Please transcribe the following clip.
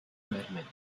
vermedi